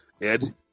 Ed